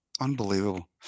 Unbelievable